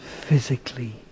physically